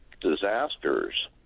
disasters